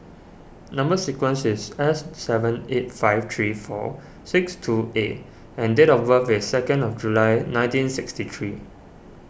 Number Sequence is S seven eight five three four six two A and date of birth is second of July nineteen sixty three